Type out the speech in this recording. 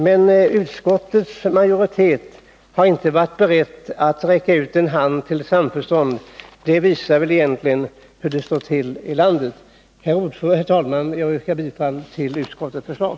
Men utskottets majoritet har inte varit beredd att räcka ut en hand till samförstånd. Det visar väl hur det egentligen står till i landet. Herr talman! Jag yrkar bifall till reservationen.